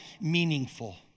meaningful